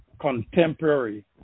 contemporary